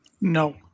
No